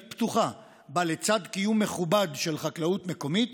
פתוחה שבה לצד קיום מכובד של חקלאות מקומית